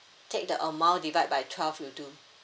take the amount divide by twelve will do